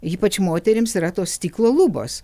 ypač moterims yra tos stiklo lubos